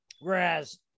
Whereas